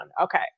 okay